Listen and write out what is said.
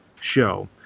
show